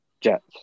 Jets